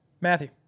Matthew